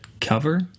cover